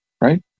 right